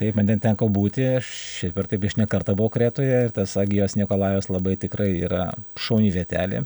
taip man ten teko būti aš šiaip ar taip aš ne kartą buvo kretoje ir tas agijos nikolajos labai tikrai yra šauni vietelė